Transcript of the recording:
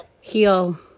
heal